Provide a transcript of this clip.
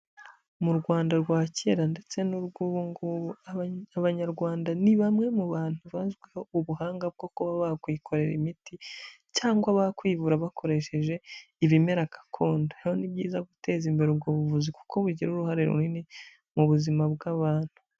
Mu Rwanda rwa kera ndetse n'urw'ubungubu, abanyarwanda ni bamwe mu bantu bazwiho ubuhanga bwo kuba bakwikorera imiti cyangwa bakwivura bakoresheje ibimera gakondo, rero ni byiza guteza imbere ubwo buvuzi kuko bugira uruhare runini mu buzima bw'abantu.